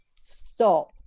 stop